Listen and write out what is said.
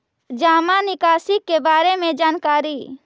जामा निकासी के बारे में जानकारी?